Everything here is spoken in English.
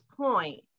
point